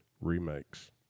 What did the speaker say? remakes